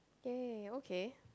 !yay! okay